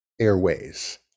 airways